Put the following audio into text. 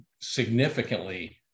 significantly